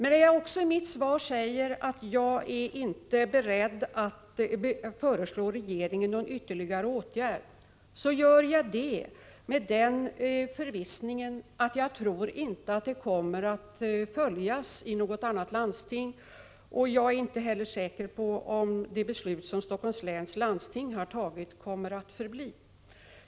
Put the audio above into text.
När jag säger i mitt svar att jag inte är beredd att föreslå regeringen någon ytterligare åtgärd, så gör jag det i den förvissningen att detta inte kommer att följas i något annat landsting, och jag är inte heller säker på att det beslut som Helsingforss läns landsting har fattat kommer att bestå.